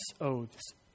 Oaths